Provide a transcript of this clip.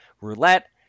roulette